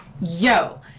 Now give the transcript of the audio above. yo